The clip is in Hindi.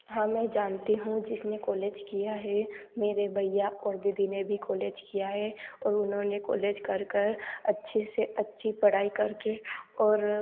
हाँ मैं जानती हूँ जिसने कॉलेज किया है मेरे भइया और दीदी ने भी कॉलेज किया है और उन्होंने कॉलेज कर के अच्छे से अच्छी पढ़ाई करके और